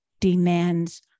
demands